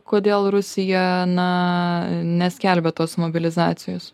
kodėl rusija na neskelbia tos mobilizacijos